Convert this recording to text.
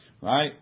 Right